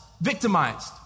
victimized